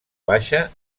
baixa